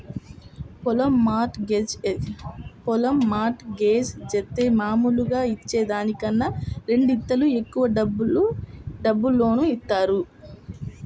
పొలం mortgage జేత్తే మాములుగా ఇచ్చే దానికన్నా రెండింతలు ఎక్కువ డబ్బులు లోను ఇత్తారు